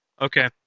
Okay